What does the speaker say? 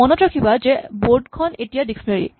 মনত ৰাখিবা যে বৰ্ড খন এতিয়া ডিক্সনেৰী